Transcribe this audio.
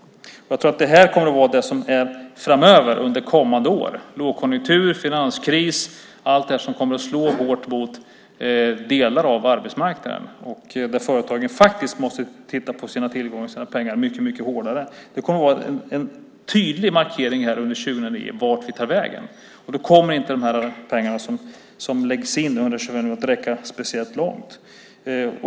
Jag tror att det här kommer att vara det som är framöver, under kommande år. Jag tänker på lågkonjunktur, finanskris och allt det som kommer att slå hårt mot delar av arbetsmarknaden, där företagen faktiskt måste titta på sina tillgångar och sina pengar mycket mer. Det kommer att vara en tydlig markering under 2009 när det gäller vart vi tar vägen. Då kommer inte de här pengarna som läggs in, 125 miljoner, att räcka speciellt långt.